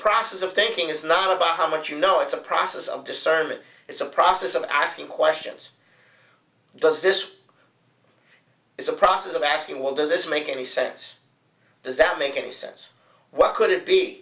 process of thinking is not about how much you know it's a process of discernment it's a process of asking questions does this is a process of asking what does this make any sense does that make any sense what could it be